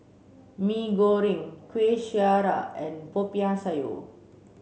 Mee Goreng Kueh Syara and Popiah Sayur